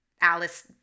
Alice